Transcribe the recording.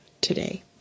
today